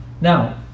Now